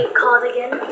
cardigan